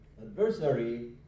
adversary